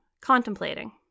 contemplating